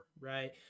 right